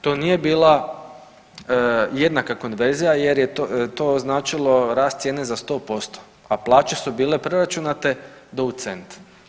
To nije bila jednaka konverzija, jer je to značilo rast cijene za sto posto, a plaće su bile preračunate do u cent.